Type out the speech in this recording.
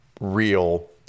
real